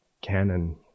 canon